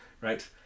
right